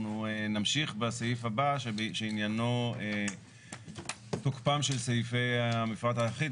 אנחנו נמשיך בסעיף הבא שעניינו תוקפם של סעיפי המפרט האחיד.